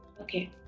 Okay